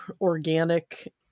organic